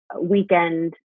weekend